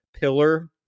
pillar